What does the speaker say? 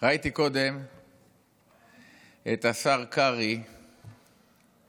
ראיתי קודם את השר קרעי עומד